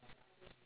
ya